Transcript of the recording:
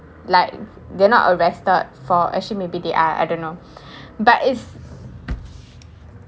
like they're not arrested for actually maybe they are I don't know but it's